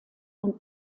und